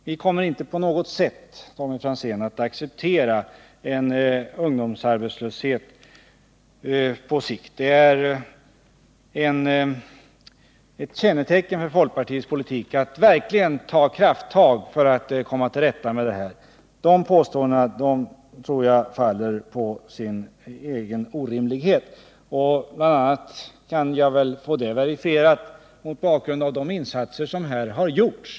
Vi kommer inte, Tommy Franzén, att på något sätt acceptera en ungdomsarbetslöshet på sikt. Folkpartiets politik kännetecknas av att vi verkligen tar krafttag för att komma till rätta med dessa problem — jag tror att 161 påståendet om motsatsen faller på sin egen orimlighet — vilket styrks bl.a. av de insatser som har gjorts.